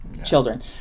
children